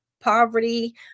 poverty